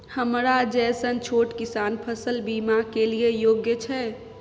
हमरा जैसन छोट किसान फसल बीमा के लिए योग्य छै?